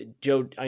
Joe